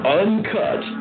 uncut